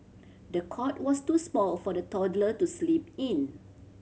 the cot was too small for the toddler to sleep in